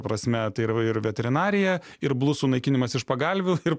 prasme tai ir ir veterinarija ir blusų naikinimas iš pagalvių ir